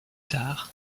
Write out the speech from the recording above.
tard